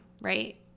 right